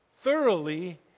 thoroughly